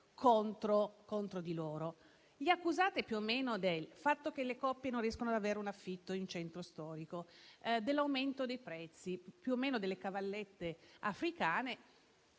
contro di loro. Li accusate più o meno del fatto che le coppie non riescono ad avere un affitto in centro storico, dell'aumento dei prezzi, più o meno delle cavallette africane.